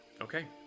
Okay